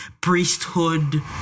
priesthood